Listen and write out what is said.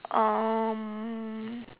um